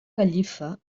gallifa